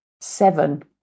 Seven